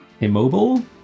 immobile